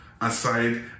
aside